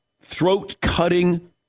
throat-cutting